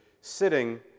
sitting